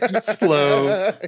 slow